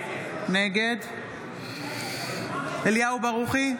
נגד אליהו ברוכי,